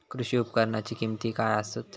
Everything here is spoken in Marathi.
कृषी उपकरणाची किमती काय आसत?